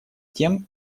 тем